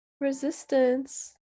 resistance